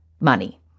Money